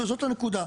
זאת הנקודה.